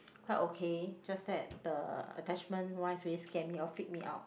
quite okay just that the attachment wise really scare me or freak me out